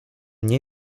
nie